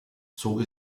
zog